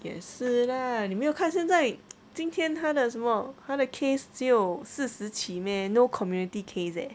也是啦你没有看现在 今天他的什么他的 case 只有四十起 meh no community case eh